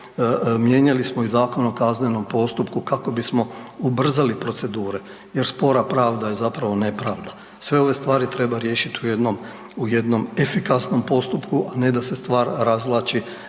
mijenjali smo i Zakon o kaznenom postupku kako bismo ubrzali procedure jer spora pravda je zapravo nepravda. Sve ove stvari treba riješiti u jednom, u jednom efikasnom postupku, a ne da se stvar razvlači